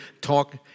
talk